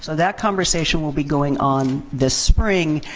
so that conversation will be going on this spring.